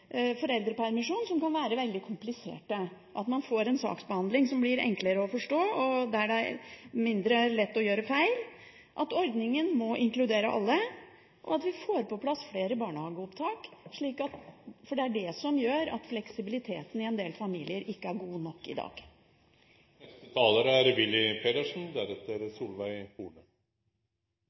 som kan være veldig kompliserte – at man får en saksbehandling som blir enklere å forstå, og der det er mindre lett å gjøre feil, at ordningen må inkludere alle, og at vi får på plass flere barnehageopptak. Det er dette som gjør at fleksibiliteten for en del familier ikke er god nok i dag. Hvorfor ikke stå opp og slåss for en fleksibel foreldrepermisjon, sier representanten Horne.